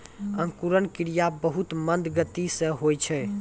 अंकुरन क्रिया बहुत मंद गति सँ होय छै